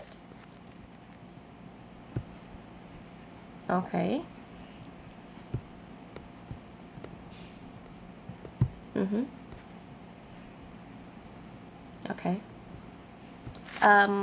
okay mmhmm okay um